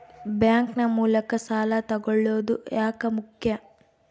Bank ನ ಮೂಲಕ ಸಾಲ ತಗೊಳ್ಳೋದು ಯಾಕ ಮುಖ್ಯ?